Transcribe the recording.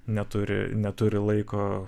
neturi neturi laiko